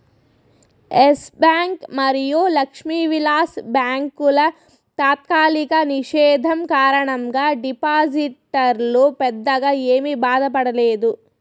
yes Bank మరియు లక్ష్మీ విలాస్ బ్యాంకుల తాత్కాలిక నిషేధం కారణంగా డిపాజిటర్లు పెద్దగా ఏమీ బాధపడలేదు